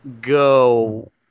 go